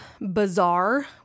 bizarre